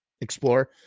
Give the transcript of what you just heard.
explore